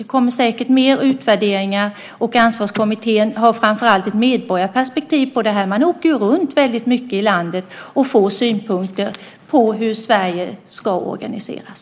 Det kommer säker fler utvärderingar, och Ansvarskommittén har framför allt ett medborgarperspektiv på detta. Man åker runt väldigt mycket i landet och får synpunkter på hur Sverige ska organiseras.